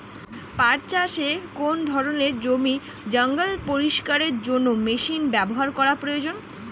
পাট চাষে কোন ধরনের জমির জঞ্জাল পরিষ্কারের জন্য মেশিন ব্যবহার করা প্রয়োজন?